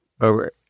over